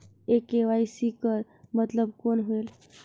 ये के.वाई.सी कर मतलब कौन होएल?